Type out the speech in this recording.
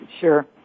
Sure